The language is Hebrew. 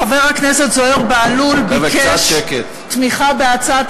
חבר הכנסת זוהיר בהלול ביקש תמיכה בהצעת